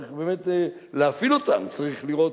צריך באמת להפעיל אותם, צריך לראות